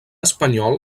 espanyol